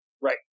Right